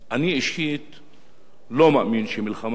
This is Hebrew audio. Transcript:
לא מאמין שמלחמה כזו אכן תפרוץ,